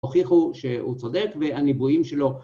הוכיחו שהוא צודק והניבויים שלו.